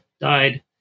died